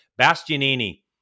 Bastianini